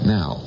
Now